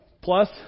Plus